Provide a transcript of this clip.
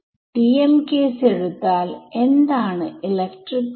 അപ്പോൾ ആദ്യത്തെ ടെർമ് എന്തായി മാറും